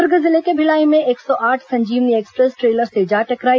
दुर्ग जिले के भिलाई में एक सौ आठ संजीवन एक्सप्रेस ट्रेलर से जा टकराई